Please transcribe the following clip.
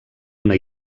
una